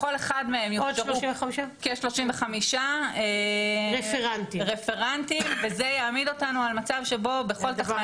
בכל אחד מהם יוכשרו כ-35 רפרנטים וזה יעמיד אותנו על מצב שבו בכל תחנה